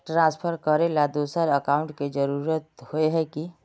Transfer करेला दोसर account की जरुरत होय है की?